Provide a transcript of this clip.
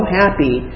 happy